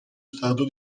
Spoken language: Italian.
stato